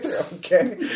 Okay